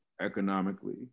economically